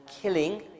killing